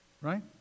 Right